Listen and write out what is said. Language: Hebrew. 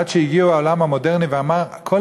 עד שהגיעו אל העולם המודרני ואמרו: כל